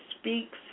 speaks